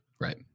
right